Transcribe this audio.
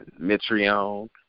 Mitrion